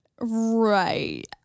Right